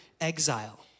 exile